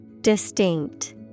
Distinct